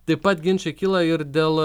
taip pat ginčai kyla ir dėl